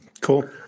Cool